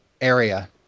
area